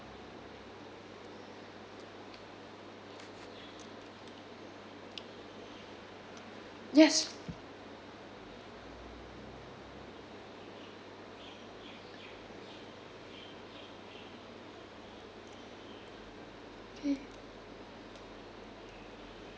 yes okay